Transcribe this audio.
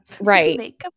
Right